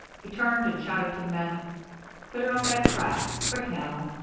he turned and shouted to the men clear up that track. quick, now!